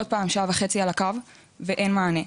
עוד פעם, שעה וחצי על הקו ואין מענה.